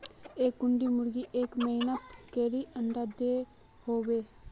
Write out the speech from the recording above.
एक कुंडा मुर्गी एक महीनात कतेरी अंडा दो होबे?